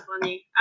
funny